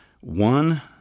One